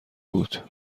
بود